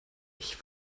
ich